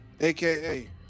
aka